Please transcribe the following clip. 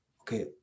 okay